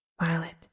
Violet